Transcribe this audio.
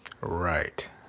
Right